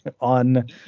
on